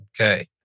Okay